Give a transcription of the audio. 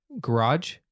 Garage